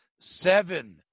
seven